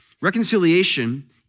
Reconciliation